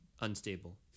unstable